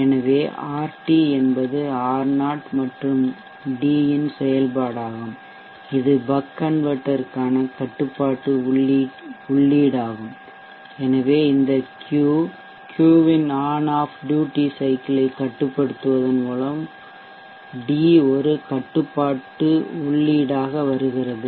எனவே ஆர்டி என்பது R0 மற்றும் d இன் செயல்பாடாகும் இது பக் கன்வெர்ட்டர்க்கான கட்டுப்பாட்டு உள்ளீடாகும் எனவே இந்த Q இன் ஆன் ஆஃப் டூட்டி சைக்கிள் ஐக் கட்டுப்படுத்துவதன் மூலம் d ஒரு கட்டுப்பாட்டு உள்ளீடாக வருகிறது